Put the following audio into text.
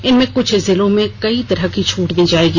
इनमें कुछ जिलों में कई तरह की छूट दी जायेंगी